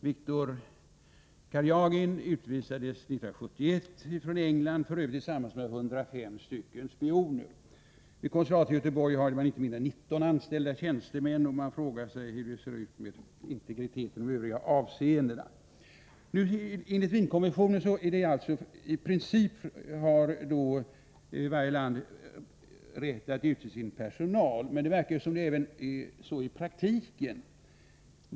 Viktor Karjagin utvisades 1971 från England —f. ö. bland 105 spioner. Vid konsulatet i Göteborg finns inte mindre än 19 anställda tjänstemän, och man frågar sig hur det står till med integriteten i övriga avseenden. Enligt Wienkonventionen har alltså i princip varje land rätt att utse sin personal, men det verkar som om det även är så i praktiken.